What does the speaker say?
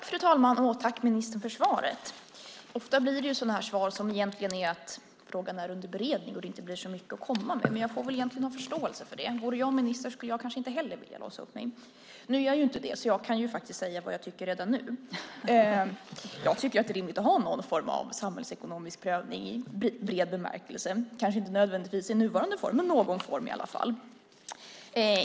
Fru talman! Tack, ministern för svaret! Ofta blir det sådana här svar som egentligen går ut på att frågan är under beredning. Det finns inte så mycket att komma med. Men jag får väl ha förståelse för det. Vore jag minister skulle jag kanske inte heller vilja låsa upp mig. Nu är jag ju inte det, så jag kan faktiskt säga vad jag tycker redan nu. Jag tycker att det är rimligt att ha någon form av samhällsekonomisk prövning i bred bemärkelse, kanske inte nödvändigtvis i nuvarande form, men i någon form.